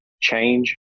change